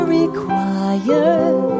required